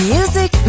Music